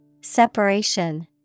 Separation